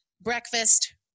breakfast